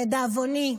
לדאבוני,